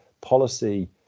policy